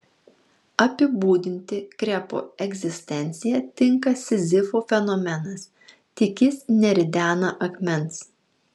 apibūdinti krepo egzistenciją tinka sizifo fenomenas tik jis neridena akmens